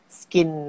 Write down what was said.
skin